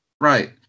Right